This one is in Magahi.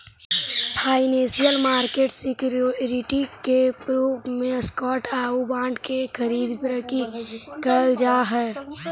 फाइनेंसियल मार्केट में सिक्योरिटी के रूप में स्टॉक आउ बॉन्ड के खरीद बिक्री कैल जा हइ